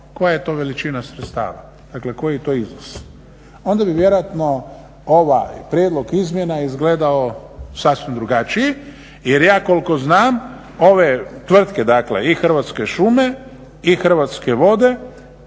koja je to veličina sredstava, dakle koji je to iznos, onda bi vjerojatno ovaj prijedlog izmjena izgledao sasvim drugačiji jer ja koliko znam ove tvrtke dakle i Hrvatske šume i Hrvatske vode